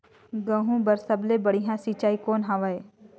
गहूं बर सबले बढ़िया सिंचाई कौन हवय?